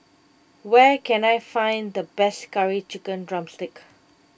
where can I find the best Curry Chicken Drumstick